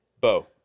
Bo